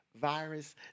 virus